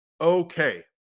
Okay